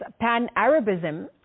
pan-Arabism